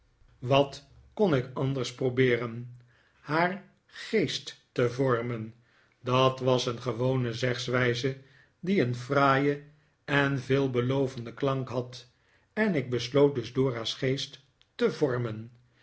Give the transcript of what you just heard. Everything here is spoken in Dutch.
wat kon ik anders probeeren haar geest te vormen dat was een gewone zegswijze die een fraaien en veelbelovenden klank had en ik besloot dus dora's geest te vormen